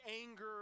anger